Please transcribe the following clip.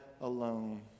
alone